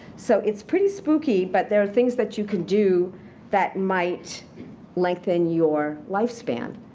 so it's pretty spooky, but there are things that you can do that might lengthen your lifespan.